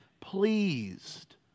pleased